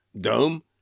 dome